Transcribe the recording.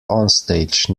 onstage